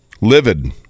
Livid